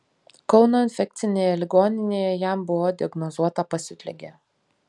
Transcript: kauno infekcinėje ligoninėje jam buvo diagnozuota pasiutligė